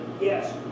Yes